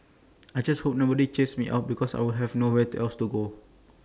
I just hope nobody chases me out because I will have nowhere else to go